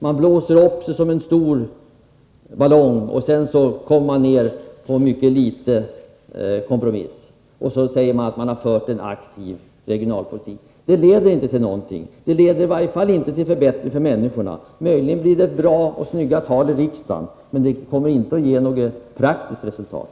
Man blåser upp det hela som en stor ballong, och sedan blir det en liten kompromiss. Så för man en aktiv regionalpolitik. Men detta leder inte till någonting, i varje fall inte till förbättringar för människorna. Möjligen blir det ett bra tal i riksdagen, men det kommer inte att ge några praktiska resultat.